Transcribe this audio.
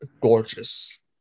gorgeous